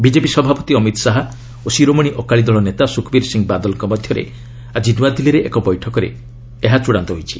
BJP ସଭାପତି ଅମିତ ଶାହା ଓ ଶିରୋମଣି ଅକାଳୀ ଦଳ ନେତା ସୁଖବୀର ସିଂ ବାଦଲଙ୍କ ମଧ୍ୟରେ ଆଜି ନୂଆଦିଲ୍ଲୀରେ ଏକ ବୈଠକରେ ଏହା ଚୂଡାନ୍ତ ହୋଇଛି